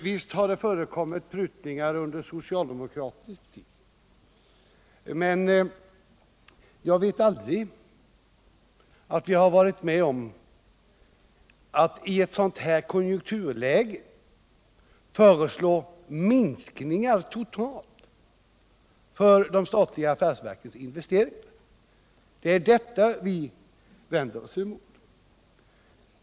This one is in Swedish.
Visst har det förekommit prutningar under den socialdemokratiska tiden, men jag tror att vi aldrig varit med om att i ett sådant här konjunkturläge föreslå minskningar totalt sett för de statliga affärsverkens investeringar. Och det är detta vi vänder oss emot.